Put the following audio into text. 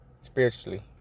Spiritually